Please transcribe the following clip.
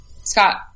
Scott